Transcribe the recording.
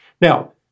Now